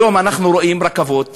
היום אנחנו רואים רכבות